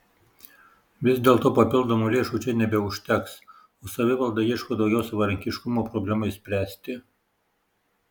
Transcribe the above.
vis dėlto papildomų lėšų čia nebeužteks o savivalda ieško daugiau savarankiškumo problemai spręsti